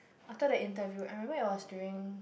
after the interview I remember it was during